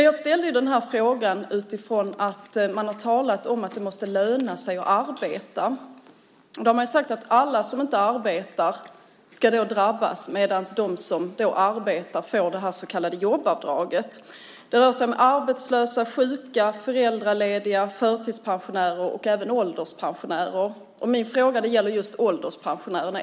Jag ställde den här frågan utifrån att man har talat om att det måste löna sig att arbeta. Därmed sagt att alla som inte arbetar ska drabbas, medan de som arbetar får det så kallade jobbavdraget. Det rör sig om arbetslösa, sjuka, föräldralediga, förtidspensionärer och även ålderspensionärer. Min fråga gäller just ålderspensionärerna.